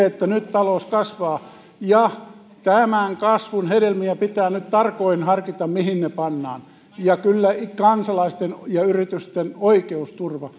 että nyt talous kasvaa ja tämän kasvun hedelmiä pitää nyt tarkoin harkita mihin ne pannaan kyllä kansalaisten ja yritysten oikeusturva